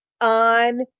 on